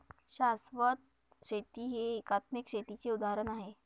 शाश्वत शेती हे एकात्मिक शेतीचे उदाहरण आहे